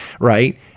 right